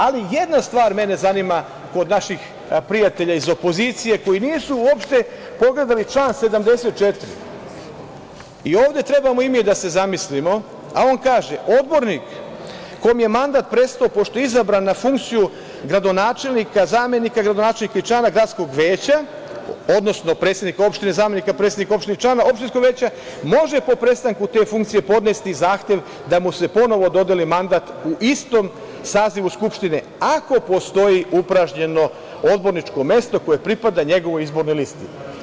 Ali, jedna stvar mene zanima kod naših prijatelja iz opozicije koji nisu uopšte pogledali član 74. i ovde treba i mi da se zamislimo, a on kaže: „Odbornik kom je mandat prestao pošto je izabran na funkciju gradonačelnika, zamenika gradonačelnika i člana gradskog veća, odnosno predsednik opštine, zamenik predsednika opštine i člana opštinskog veća, može po prestanku te funkcije podneti zahtev da mu se ponovo dodeli mandat u istom sazivu Skupštine ako postoji upražnjeno odborničko mesto koje pripada njegovoj izbornoj listi“